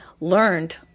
learned